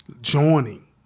joining